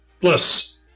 Plus